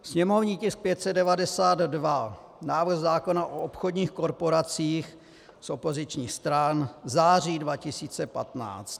Sněmovní tisk 592, návrh zákona o obchodních korporacích z opozičních stran září 2015.